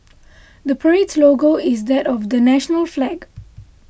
the parade's logo is that of the national flag